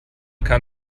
kam